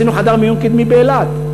עשינו חדר מיון קדמי באילת.